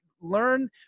learn